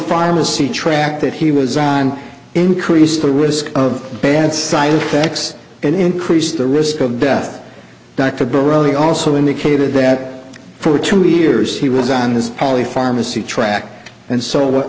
pharmacy track that he was on increased the risk of bad side effects and increased the risk of death dr brawley also indicated that for two years he was on his poly pharmacy track and so what